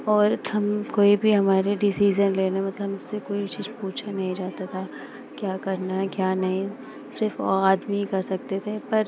औरत हम कोई भी हमारे डिसीजन लेना मतलब हमसे कोई चीज़ पूछा नहीं रहता था क्या करना है क्या नहीं सिर्फ वह आदमी ही कर सकते थे पर